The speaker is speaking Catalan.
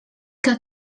que